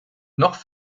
noch